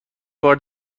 بار